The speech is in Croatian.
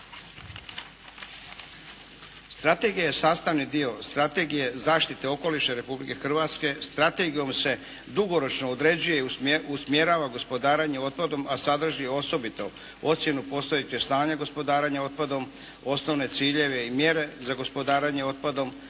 Strategija je sastavni dio Strategije zaštite okoliša Republike Hrvatske. Strategijom se dugoročno određuje i usmjerava gospodarenje otpadom, a sadrži osobito ocjenu postojećeg stanja gospodarenja otpadom, osnovne ciljeve i mjere za gospodarenje otpadom,